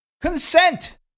consent